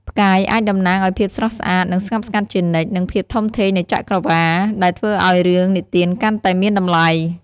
ផ្កាយអាចតំណាងឲ្យភាពស្រស់ស្អាត នឹងស្ងប់ស្ងាត់ជានិច្ច និងភាពធំធេងនៃចក្រវាឡ ដែលធ្វើឲ្យរឿងនិទានកាន់តែមានតម្លៃ ។